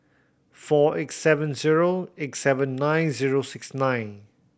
four eight seven zero eight seven nine zero six nine